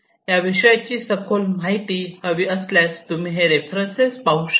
या विषयाचे सखोल माहिती हवी असल्यास तुम्ही हे रेफरन्स पाहू शकता